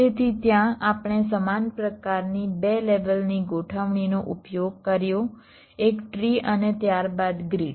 તેથી ત્યાં આપણે સમાન પ્રકારની 2 લેવલની ગોઠવણીનો ઉપયોગ કર્યો એક ટ્રી અને ત્યારબાદ ગ્રીડ